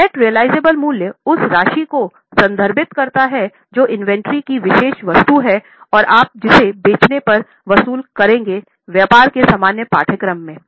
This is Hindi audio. तो नेट रेअलीज़ाब्ली मूल्य उस राशि को संदर्भित करता है जो इन्वेंट्री की विशेष वस्तु है और आप जिसे बेचने पर वसूल करेंगे व्यापार के सामान्य पाठ्यक्रम में